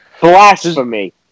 Blasphemy